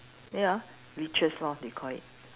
ya leeches lor they call it